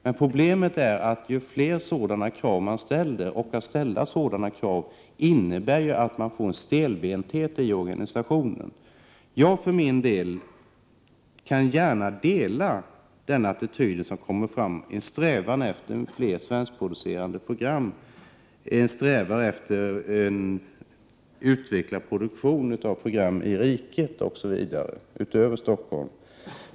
Men problemet är att om man ställer allt fler sådana krav innebär det att man får en stelbenthet i organisationen. Jag kan instämma i de önskemål som har framförts, nämligen att man skall sträva efter fler svenskproducerade program, en utvecklad produktion av program i riket utanför Stockholm, osv.